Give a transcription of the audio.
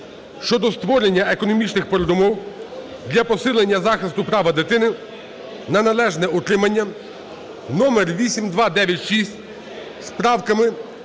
щодо створення економічних передумов для посилення захисту права дитини на належне утримання (№ 8296), з правками,